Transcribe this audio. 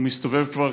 היושב-ראש מסתובב כבר